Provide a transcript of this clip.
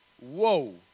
Whoa